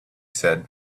said